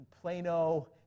Plano